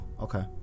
Okay